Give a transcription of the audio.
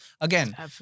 Again